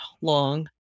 long